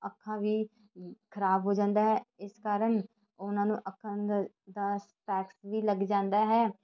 ਅੱਖਾਂ ਵੀ ਖਰਾਬ ਹੋ ਜਾਂਦਾ ਹੈ ਇਸ ਕਾਰਨ ਉਹਨਾਂ ਨੂੰ ਅੱਖਾਂ ਦ ਦਾ ਸਪੈਕਸ ਵੀ ਲੱਗ ਜਾਂਦਾ ਹੈ